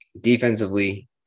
Defensively